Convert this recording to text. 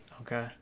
Okay